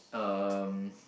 um